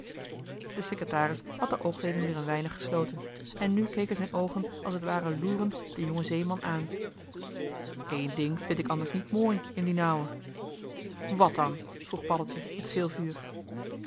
de secretaris had de oogleden weer een weinig gesloten en nu keken zijn oogen als t ware loerend den jongen zeeman aan eén ding vind ik anders niet mooi in dien ouwe wat dan vroeg paddeltje met veel vuur